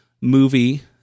movie